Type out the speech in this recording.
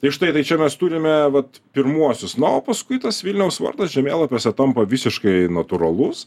tai štai tai čia mes turime vat pirmuosius na o paskui tas vilniaus vardas žemėlapiuose tampa visiškai natūralus